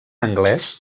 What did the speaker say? anglès